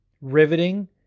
riveting